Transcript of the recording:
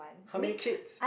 how many kids